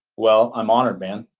well, i'm honored, man.